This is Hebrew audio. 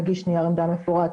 נגיש נייר עמדה מפורט,